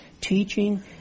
Teaching